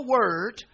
word